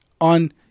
on